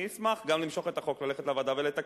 אני אשמח גם למשוך את החוק, ללכת לוועדה ולתקן.